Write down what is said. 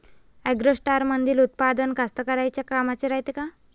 ॲग्रोस्टारमंदील उत्पादन कास्तकाराइच्या कामाचे रायते का?